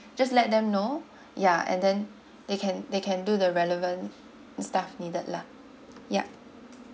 just let them know ya and then they can they can do the relevant stuff needed lah yup